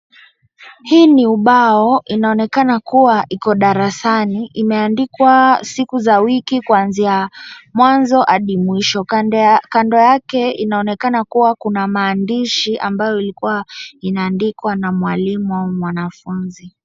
Hii ni ubao inaonekana kuwa iko darasani imeandikwa siku za wiki kuanzia mwanzo hadi mwisho, kando yake inaonekana kuwa kuna maandishi ambayo ilikuwa inaandikwa na mwalimu ama mwanafunzi.